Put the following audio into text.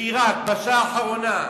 בעירק בשעה האחרונה.